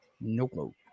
Nope